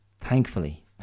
thankfully